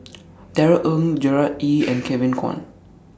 Darrell Ang Gerard Ee and Kevin Kwan